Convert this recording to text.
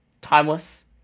Timeless